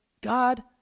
God